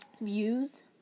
Views